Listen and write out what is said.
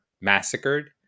massacred